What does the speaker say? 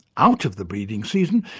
out of the breeding season,